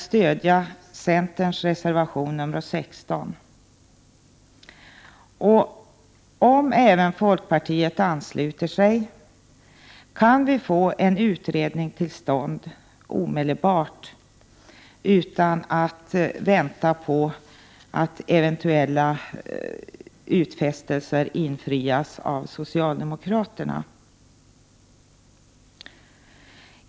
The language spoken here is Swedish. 1988/89:99 sig, kan vi få en utredning till stånd omedelbart utan att vänta på att 19 april1989 eventuella utfästelser infrias av socialdemokraterna.